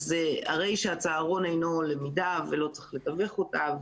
אז הרי שהצהרון אינו למידה ולא צריך לתווך אותה.